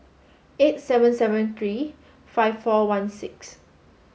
eight seven seven three five four one six